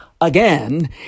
again